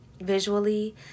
visually